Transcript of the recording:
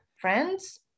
friends